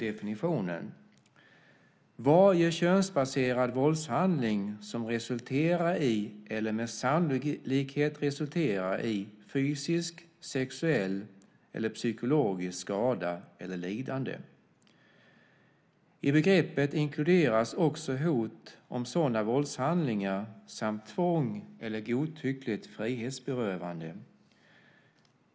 Definitionen lyder: Varje könsbaserad våldshandling som resulterar i eller med sannolikhet resulterar i fysisk, sexuell eller psykologisk skada eller lidande. I begreppet inkluderas också hot om sådana våldshandlingar samt tvång eller godtyckligt frihetsberövande.